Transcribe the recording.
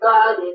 God